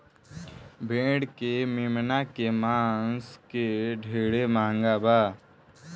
भेड़ के मेमना के मांस के ढेरे मांग बा